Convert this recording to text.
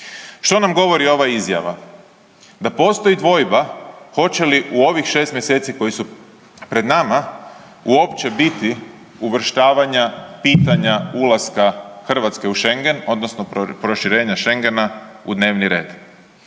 Što nam govori ova izjava? Da postoji dvojba hoće li u ovih 6 mjeseci koji su pred nama uopće biti uvrštavanja pitanja ulaska Hrvatske u Šengen odnosno proširenja Šengena u dnevni red.